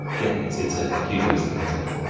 yeah, it's it's a huge risk that they take.